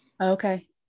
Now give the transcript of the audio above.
Okay